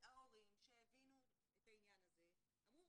וההורים שהבינו את העניין הזה אמרו,